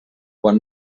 quan